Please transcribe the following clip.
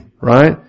right